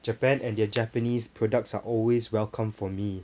japan and their japanese products are always welcome for me